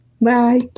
Bye